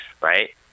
Right